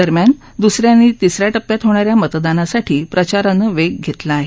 दरम्यान दुस या आणि तिस या टप्प्यात होणा या मतदानासाठी प्रचारानं वेग घेतला आहे